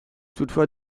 toutefois